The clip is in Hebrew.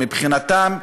מבחינתם,